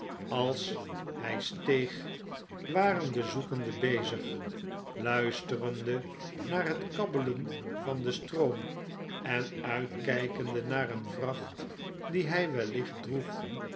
als hy steeg waren de zoekenden bezig luisterende naar het kabbelen van den stroom en uitkijkende naar een vracht dien hg wellicht droeg